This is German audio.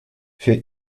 für